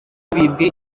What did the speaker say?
bibwe